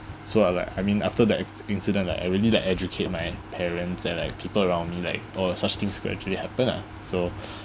so uh like I mean after that ac~ incident like I really like educate my parents and like people around me like oh such things could actually happen lah so